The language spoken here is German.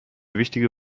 wichtige